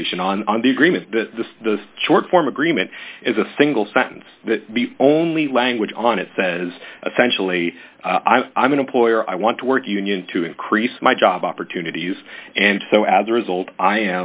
duration on the agreement the short form agreement is a single sentence that the only language on it says essentially i'm an employer i want to work union to increase my job opportunities and so as a result i